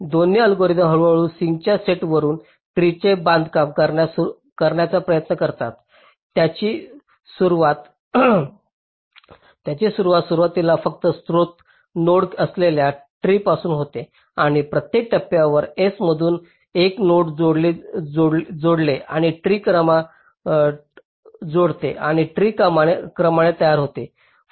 दोन्ही अल्गोरिदम हळूहळू सिंकच्या सेटवरून ट्रीचे बांधकाम करण्याचा प्रयत्न करतात त्याची सुरुवात सुरुवातीस फक्त स्त्रोत नोड असलेल्या ट्रीपासून होते आणि प्रत्येक टप्प्यावर S मधून एक नोड जोडते आणि ट्री क्रमाने तयार होते